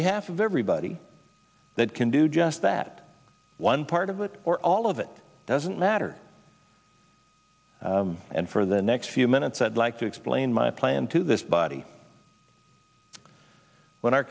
behalf of everybody that can do just that one part of it or all of it doesn't matter and for the next few minutes i'd like to explain my plan to this body when our